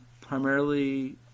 primarily